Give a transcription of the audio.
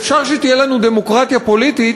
ואפשר שתהיה לנו דמוקרטיה פוליטית,